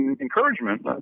encouragement